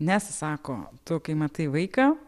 nes sako tu kai matai vaiką